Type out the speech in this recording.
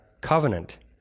covenant